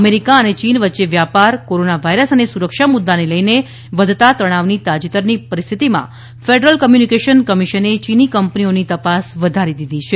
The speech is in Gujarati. અમેરીકા અને ચીન વચ્ચે વ્યાપાર કોરોના વાયરસ અને સુરક્ષા મુદ્દાને લઇને વધતા તણાવની તાજેતરની પરીસ્થિતિમાં ફેડરલ કમ્યુનિકેશન કમિશને ચીની કંપનીઓની તપાસ વધારી દીધી છે